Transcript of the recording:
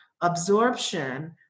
absorption